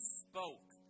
spoke